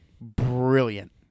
brilliant